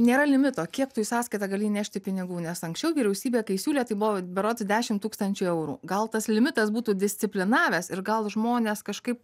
nėra limito kiek tu į sąskaitą gali įnešti pinigų nes anksčiau vyriausybė kai siūlė tai buvo berods dešim tūkstančių eurų gal tas limitas būtų disciplinavęs ir gal žmonės kažkaip